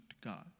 God